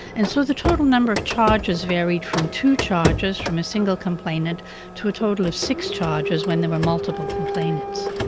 and so the total number of charges varied from two charges from a single complainant to a total of six charges when there were multiple complainants.